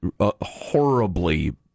horribly